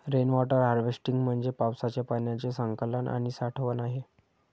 rain water harvesting म्हणजे पावसाच्या पाण्याचे संकलन आणि साठवण आहे